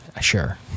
sure